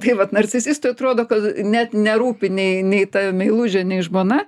tai vat narcisistui atrodo kad net nerūpi nei nei ta meilužė nei žmona